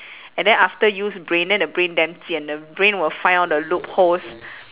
and then after use brain then the brain damn 贱 the brain will find all the loopholes